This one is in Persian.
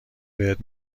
بهت